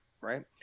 right